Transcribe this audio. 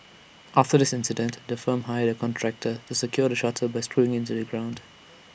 after this incident the firm hired A contractor to secure the shutter by screwing IT into the ground